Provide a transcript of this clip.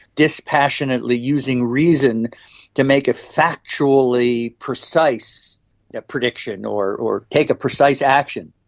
dispassionately using reason to make a factually precise prediction or or take a precise action.